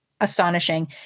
Astonishing